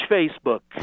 Facebook